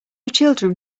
children